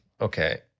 Okay